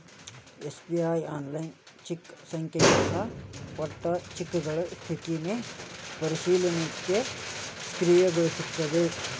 SBI online cheque ಸಂಖ್ಯೆಯಿಂದ ಕೊಟ್ಟ ಚೆಕ್ಗಳ ಸ್ಥಿತಿನ ಪರಿಶೇಲಿಸಲಿಕ್ಕೆ ಸಕ್ರಿಯಗೊಳಿಸ್ತದ